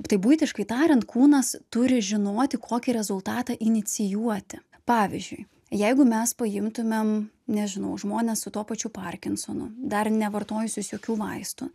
tai buitiškai tariant kūnas turi žinoti kokį rezultatą inicijuoti pavyzdžiui jeigu mes paimtumėm nežinau žmones su tuo pačiu parkinsonu dar nevartojusius jokių vaistų